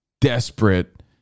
desperate